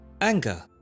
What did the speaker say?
anger